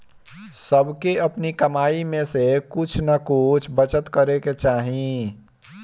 सबके अपनी कमाई में से कुछ नअ कुछ बचत करे के चाही